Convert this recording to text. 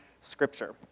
scripture